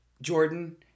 Jordan